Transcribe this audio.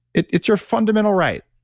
it's it's your fundamental right.